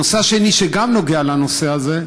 הנושא השני, שגם נוגע בנושא הזה,